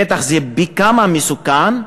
בטח זה פי-כמה מסוכן.